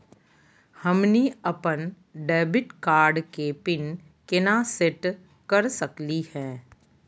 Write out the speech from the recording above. हमनी अपन debit card के पीन केना सेट कर सकली हे?